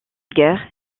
guerre